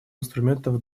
инструментов